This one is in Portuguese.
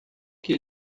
que